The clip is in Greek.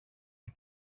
του